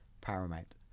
paramount